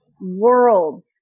world